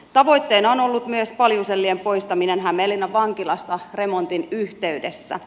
tavoitteena on ollut myös paljusellien poistaminen hämeenlinnan vankilasta remontin yhteydessä